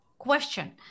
Question